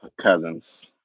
Cousins